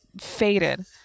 faded